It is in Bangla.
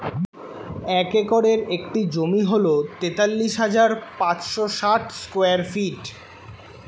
এক একরের একটি জমি হল তেতাল্লিশ হাজার পাঁচশ ষাট স্কয়ার ফিট